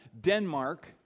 Denmark